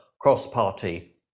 cross-party